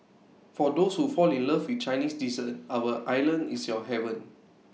for those who fall in love with Chinese dessert our island is your heaven